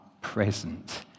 present